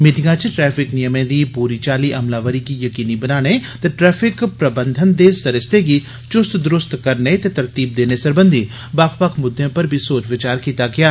मीटिंगा च ट्रैफिक नियमें दी पूरी चाल्ली अमलावरी गी यकीनी बनाने ते ट्रैफिक प्रबंधन दे सरिस्ते गी चुस्त दरुस्त करने ते तरतीब देने सरबंधी बक्ख बक्ख मुद्दे पर बी सोच विचार कीता गेआ